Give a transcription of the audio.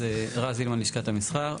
רז הילמן, לשכת המסחר.